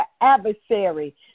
adversary